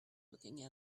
looking